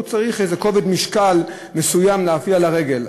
הוא צריך כובד משקל מסוים להפעיל על הרגל.